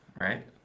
right